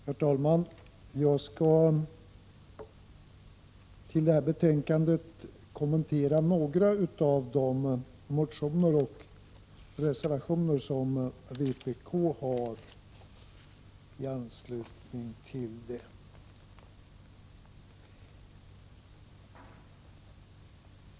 Herr talman! Jag skall kommentera några av de motioner och reservationer som vpk har i anslutning till detta betänkande.